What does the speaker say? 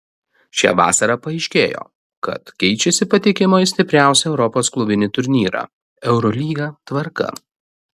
šią vasarą paaiškėjo kad keičiasi patekimo į stipriausią europos klubinį turnyrą eurolygą tvarka